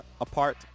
apart